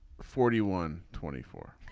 forty one. twenty four.